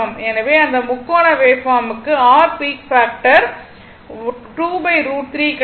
எனவே இந்த முக்கோண வேவ்பார்ம்க்கு r பீக் பாக்டர் கிடைக்கும்